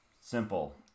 simple